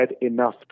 enough